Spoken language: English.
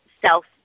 self